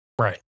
Right